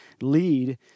lead